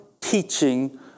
teaching